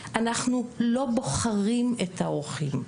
אנחנו לא בוחרים את האורחים,